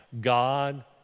God